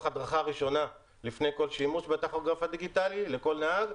הדרכה ראשונה לפני כל שימוש בטכוגרף הדיגיטלי לכל נהג,